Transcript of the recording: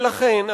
ולכן,